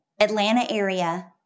Atlanta-area